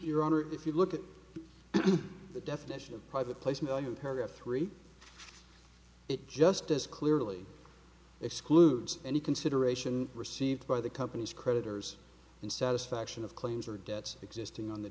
honor if you look at the definition of private placement in paragraph three it just as clearly excludes any consideration received by the company's creditors in satisfaction of claims or debts existing on the